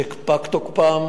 שפג תוקפה.